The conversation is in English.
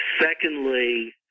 secondly